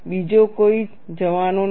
બીજો કોઈ જવાનો નથી